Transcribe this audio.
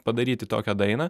padaryti tokią dainą